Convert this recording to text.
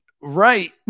Right